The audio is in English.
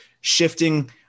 shifting